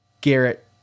Garrett